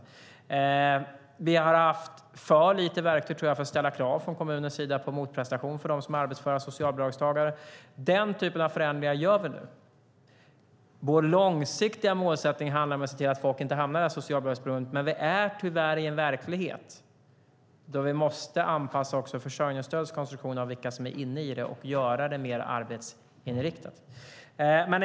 Jag tror att vi har haft för lite verktyg för att från kommunens sida ställa krav på motprestation från dem som är arbetsföra socialbidragstagare. Den typen av förändringar gör vi nu. Vår långsiktiga målsättning handlar om att se till att folk inte hamnar i socialbidragsberoendet, men vi är tyvärr i en verklighet där vi måste anpassa också försörjningsstödets konstruktion till vilka som är inne i systemet och göra det mer arbetsinriktat.